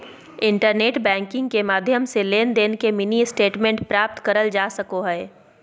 internet banking के माध्यम से लेनदेन के मिनी स्टेटमेंट प्राप्त करल जा सको हय